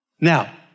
Now